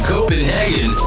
Copenhagen